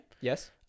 Yes